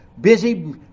busy